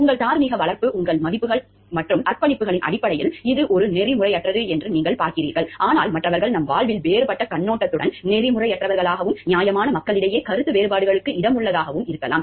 உங்கள் தார்மீக வளர்ப்பு உங்கள் மதிப்புகள் மற்றும் அர்ப்பணிப்புகளின் அடிப்படையில் இது ஒரு நெறிமுறையற்றது என்று நீங்கள் பார்க்கிறீர்கள் ஆனால் மற்றவர்கள் நம் வாழ்வில் வேறுபட்ட கண்ணோட்டத்துடன் நெறிமுறையற்றவர்களாகவும் நியாயமான மக்களிடையே கருத்து வேறுபாடுகளுக்கு இடமுள்ளதாகவும் இருக்கலாம்